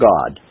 God